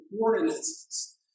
ordinances